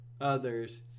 others